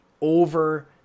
over